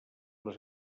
les